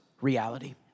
reality